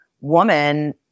woman